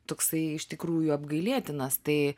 toksai iš tikrųjų apgailėtinas tai